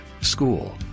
school